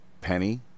Penny